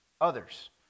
Others